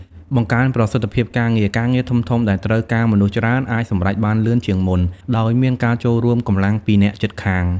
បង្កើនប្រសិទ្ធភាពការងារ ការងារធំៗដែលត្រូវការមនុស្សច្រើនអាចសម្រេចបានលឿនជាងមុន ដោយមានការចូលរួមកម្លាំងពីអ្នកជិតខាង។